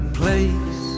place